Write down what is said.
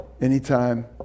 Anytime